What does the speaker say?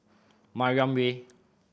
Mariam Way